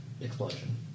explosion